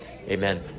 amen